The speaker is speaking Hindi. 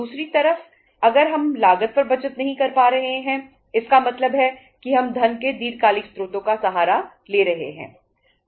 दूसरी तरफ अगर हम लागत पर बचत नहीं कर पा रहे हैं इसका मतलब है कि हम धन के दीर्घकालिक स्रोतों का सहारा ले रहे हैं